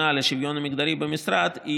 או המערכתית-ממסדית.